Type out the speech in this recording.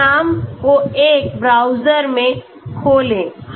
परिणाम को एक ब्राउज़र में खोलें